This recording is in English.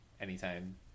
anytime